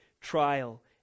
trial